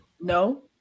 no